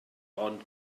ond